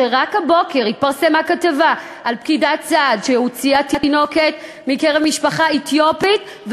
רק הבוקר התפרסמה כתבה על פקידת סעד שהוציאה תינוקת ממשפחה אתיופית,